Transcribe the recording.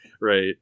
Right